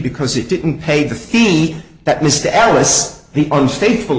because it didn't pay the fee that mr alice he owns faithful